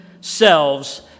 selves